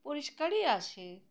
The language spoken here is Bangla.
পরিষ্কারই আসে